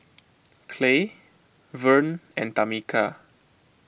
Clay Verne and Tamika